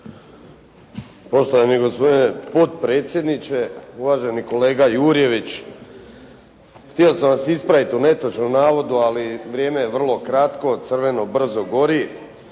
Poštovani gospodine potpredsjedniče. Uvaženi kolega Jurjević htio sam vas ispraviti u netočnom navodu, ali vrijeme je vrlo kratko, crveno brzo gori.